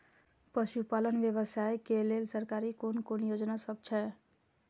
पशु पालन व्यवसाय के लेल सरकारी कुन कुन योजना सब छै?